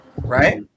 right